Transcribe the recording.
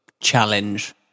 challenge